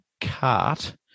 Cart